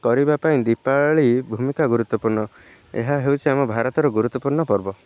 କରିବା ପାଇଁ ଦୀପାବଳି ଭୂମିକା ଗୁରୁତ୍ୱପୂର୍ଣ୍ଣ ଏହା ହେଉଛି ଆମ ଭାରତର ଗୁରୁତ୍ୱପୂର୍ଣ୍ଣ ପର୍ବ